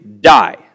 die